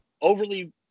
overly